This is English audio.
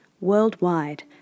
Worldwide